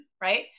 right